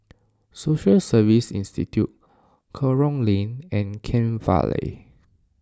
Social Service Institute Kerong Lane and Kent Vale